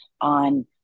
on